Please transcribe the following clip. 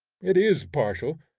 it is partial,